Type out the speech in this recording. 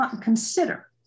consider